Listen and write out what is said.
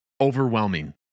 overwhelming